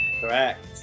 Correct